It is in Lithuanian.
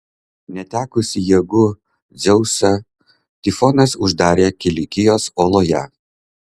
netekusį jėgų dzeusą tifonas uždarė kilikijos oloje